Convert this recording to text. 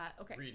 okay